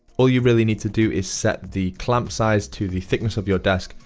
all you really need to do is set the clamp size to the thickness of your desk,